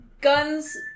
Guns